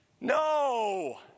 No